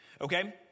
Okay